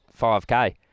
5K